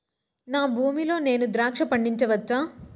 నా భూమి లో నేను ద్రాక్ష పండించవచ్చా?